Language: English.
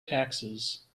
taxes